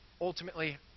Ultimately